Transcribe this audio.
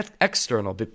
external